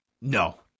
No